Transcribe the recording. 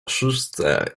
szyszce